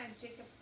Jacob